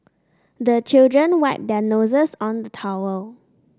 the children wipe their noses on the towel